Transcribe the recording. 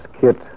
Kit